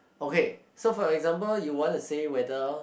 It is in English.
okay so for example you want to say whether